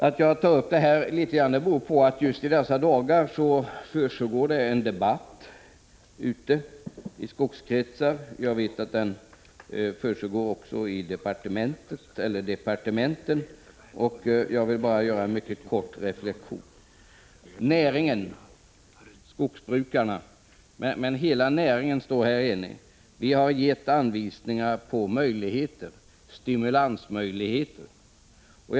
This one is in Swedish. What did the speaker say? Att jag tar upp det här litet grand beror på att det just i dessa dagar försiggår en debatt i frågan ute i skogskretsar men också i departementen, och jag vill alltså göra en mycket kort reflexion. Hela näringen står här enig. Vi har gett anvisningar på möjligheten att vidta stimulansåtgärder.